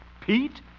Pete